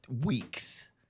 weeks